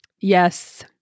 Yes